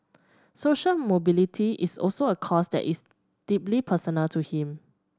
social mobility is also a cause that is deeply personal to him